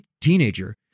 teenager